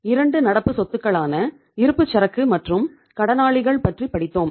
நாம் இரண்டு நடப்பு சொத்துக்களான இருப்புச்சரக்கு மற்றும் கடனாளிகள் பற்றி படித்தோம்